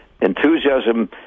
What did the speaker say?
enthusiasm